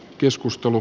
keskustelu